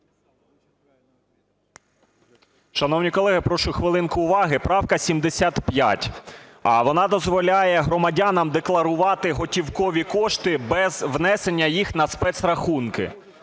Шановні колеги, прошу хвилинку уваги! Правка 75, вона дозволяє громадянам декларувати готівкові кошти без внесення їх на спецрахунки.